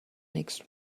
next